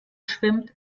schwimmt